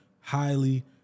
highly